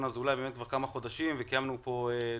אזולאי באמת כבר כמה חודשים וקיימנו פה דיונים.